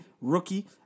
rookie